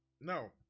no